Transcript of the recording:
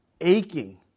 aching